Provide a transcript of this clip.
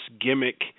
gimmick